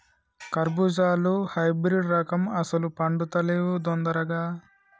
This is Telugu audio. కర్బుజాలో హైబ్రిడ్ రకం అస్సలు పండుతలేవు దొందరగా